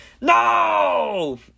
no